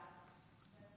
חצי